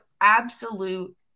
absolute